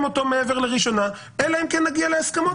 אותו מעבר לראשונה אלא אם כן נגיע להסכמות,